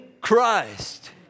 Christ